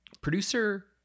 producer